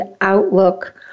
outlook